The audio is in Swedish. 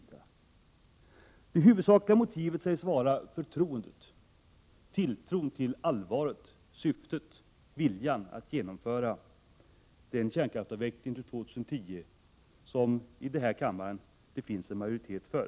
Det huvudsakliga motivet sägs vara förtroendet, tilltron till allvaret i viljan att till år 2010 genomföra den kärnkraftsavveckling som det i den här kammaren finns majoritet för.